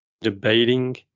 debating